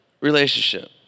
relationship